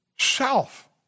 self